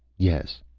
yes.